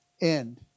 end